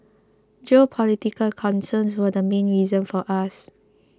geopolitical concerns were the main reason for us